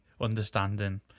understanding